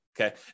okay